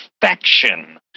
perfection